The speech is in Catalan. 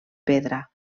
pedra